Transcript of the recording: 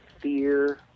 fear